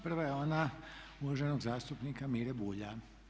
Prva je ona uvaženog zastupnika Mire Bulja.